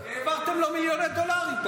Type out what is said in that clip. העברתם לו מיליוני דולרים.